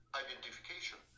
identification